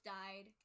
died